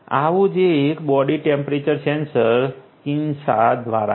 આવું જ એક બોડી ટેમ્પરેચર સેન્સર કિન્સા દ્વારા છે